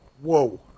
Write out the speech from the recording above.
Whoa